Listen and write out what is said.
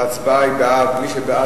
ההצבעה היא: מי שבעד,